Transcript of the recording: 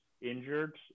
injured